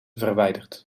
verwijderd